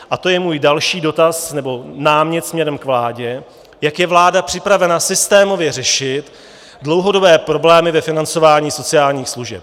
A to je můj další dotaz nebo námět směrem k vládě, jak je vláda připravena systémově řešit dlouhodobé problémy ve financování sociálních služeb.